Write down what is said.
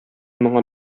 моңа